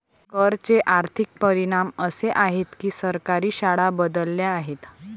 कर चे आर्थिक परिणाम असे आहेत की सरकारी शाळा बदलल्या आहेत